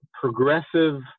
progressive